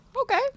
okay